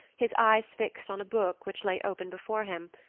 his eyes fixed on a book which lay open before him,